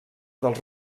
dels